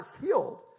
healed